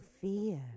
fear